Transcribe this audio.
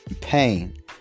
pain